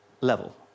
level